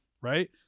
right